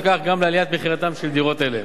ולפיכך גם לעליית מחיריהן של דירות אלה.